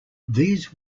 these